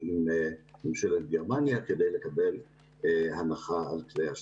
עם ממשלת גרמניה כדי לקבל הנחה על כלי השיט.